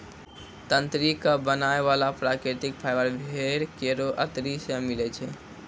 तंत्री क बनाय वाला प्राकृतिक फाइबर भेड़ केरो अतरी सें मिलै छै